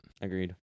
Agreed